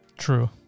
true